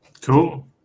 Cool